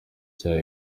cya